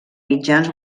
mitjans